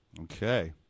Okay